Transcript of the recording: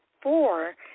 four